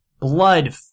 blood